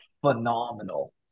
phenomenal